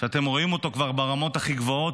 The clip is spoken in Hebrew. שאתם רואים אותו כבר ברמות הכי גבוהות,